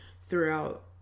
throughout